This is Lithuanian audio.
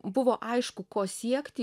buvo aišku ko siekti